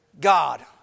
God